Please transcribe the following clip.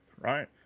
right